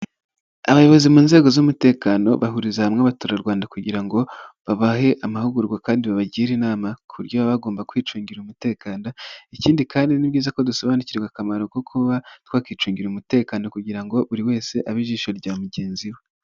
Abayobozi mu nzego z'umutekano bahuriza hamwe abaturarwanda kugira ngo babahe amahugurwa kandi babagire inama ku buryo bagomba kwicungira umutekano ikindi kandi ni byiza ko dusobanukirwa akamaro ko kuba twakicungira umutekano kugira ngo buri wese abe ijisho rya mugenzi we.